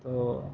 তো